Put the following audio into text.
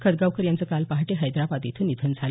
खतगावकर यांचं काल पहाटे हैद्राबाद इथं निधन झालं